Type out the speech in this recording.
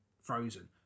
frozen